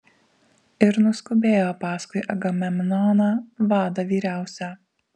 ir nuskubėjo paskui agamemnoną vadą vyriausią